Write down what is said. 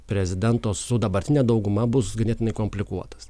prezidento su dabartine dauguma bus ganėtinai komplikuotas